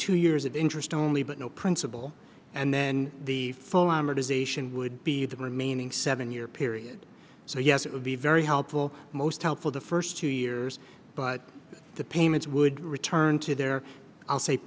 two years of interest only but no principal and then the full armor to zation would be the remaining seven year period so yes it would be very helpful most helpful the first two years but the payments would return to their i'll say